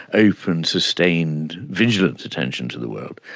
open, sustained, vigilant attention to the world,